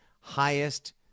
highest